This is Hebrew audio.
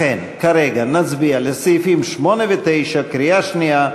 לכן כרגע נצביע על סעיפים 8 ו-9 בקריאה שנייה,